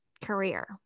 career